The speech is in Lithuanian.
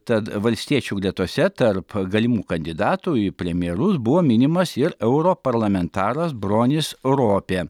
tad valstiečių gretose tarp galimų kandidatų į premjerus buvo minimas ir europarlamentaras bronis ropė